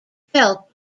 felt